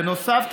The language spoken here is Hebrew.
בנוסף,